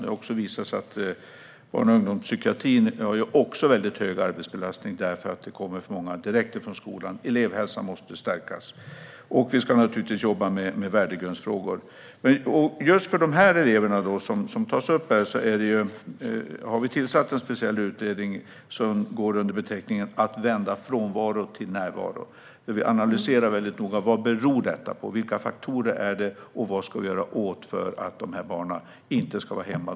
Det har visat sig att barn och ungdomspsykiatrin också har väldigt hög arbetsbelastning, därför att det kommer för många direkt från skolan. Elevhälsan måste stärkas. Vi ska naturligtvis också jobba med värdegrundsfrågor. Just för de elever som tas upp här har vi tillsatt en speciell utredning som går under namnet Att vända frånvaro till närvaro . Där analyseras noga vad detta beror på. Vilka faktorer rör det sig om, och vad ska vi göra för att dessa barn inte ska vara hemma?